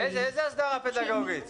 איזה הסדרה פדגוגית?